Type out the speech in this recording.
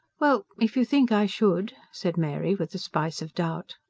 well. if you think i should, said mary, with a spice of doubt.